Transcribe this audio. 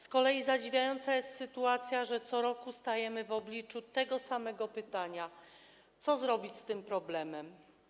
Z kolei zadziwiająca jest sytuacja, że co roku stajemy w obliczu tego samego pytania: Co zrobić z tym problemem?